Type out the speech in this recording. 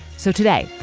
so today,